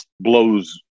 blows